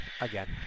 Again